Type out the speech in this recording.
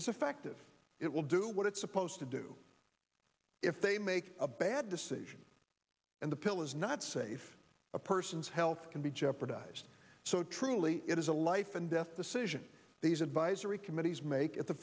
www it will do what it's supposed to do if they make a bad decision and the pill is not safe a person's health can be jeopardized so truly it is a life and death decision these advisory committees make